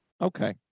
Okay